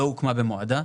שהיא לא הוקמה במועדה.